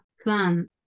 plan